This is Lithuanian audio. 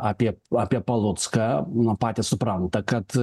apie apie palucką na patys supranta kad